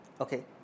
Okay